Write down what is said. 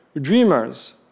dreamers